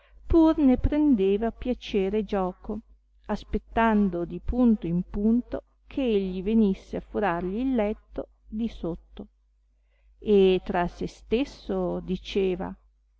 pur ne prendeva piacere e gioco aspettando di punto in punto che egli venisse a furarli il letto di sotto e tra se stesso diceva